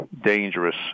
dangerous